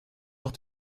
noch